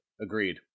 Agreed